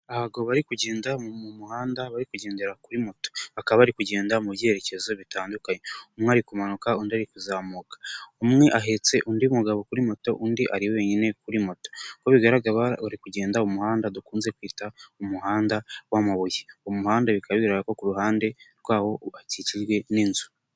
Abagabo bari kugenda mu muhanda bari kugendera kuri moto, akaba bari kugenda mu byerekezo bitandukanye, umwe ari kumanuka undi ari kuzamuka, umwe ahetse undi mugabo kuri moto zisa, undi ari wenyine kuri moto, bigaragara ari kugenda mu muhanda dukunze kwita umuhanda w'amabuye, umuhanda bikaba biragaragara ko ku ruhande rwawo hakikijwe n'inzu.